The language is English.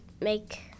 make